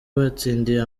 watsindiye